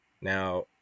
Now